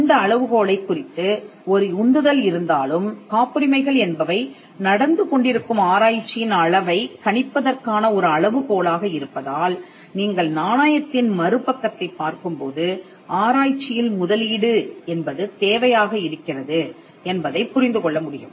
இந்த அளவுகோலைக் குறித்து ஒரு உந்துதல் இருந்தாலும் காப்புரிமைகள் என்பவை நடந்துகொண்டிருக்கும் ஆராய்ச்சியின் அளவைக் கணிப்பதற்கான ஒரு அளவுகோலாக இருப்பதால் நீங்கள் நாணயத்தின் மறுபக்கத்தைப் பார்க்கும்போது ஆராய்ச்சியில் முதலீடு என்பது தேவையாக இருக்கிறது என்பதைப் புரிந்து கொள்ள முடியும்